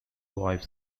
wife